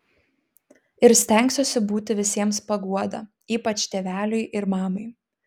ir stengsiuosi būti visiems paguoda ypač tėveliui ir mamai